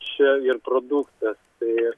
čia produktas tai ir